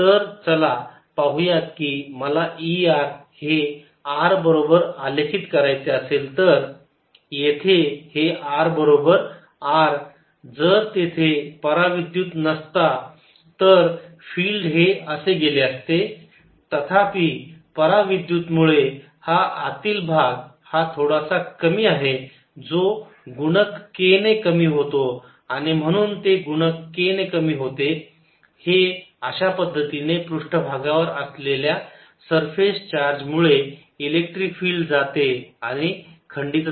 तर चला पाहुयात की जर मला E r हे r सोबत आलेखित करायचे असेल तर येथे हे r बरोबर r जर तेथे परा विद्युत नसता तर फिल्ड हे असे गेले असते तथापि परा विद्युत मुळे हा आतील भाग हा थोडासा कमी आहे जो गुणक k ने कमी होतो आणि म्हणून ते गुणक k ने कमी होते हे अशा पद्धतीने पृष्ठभागावर असलेल्या सरफेस चार्ज मुळे इलेक्ट्रिक फिल्ड जाते आणि खंडितता येते